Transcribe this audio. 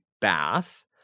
bath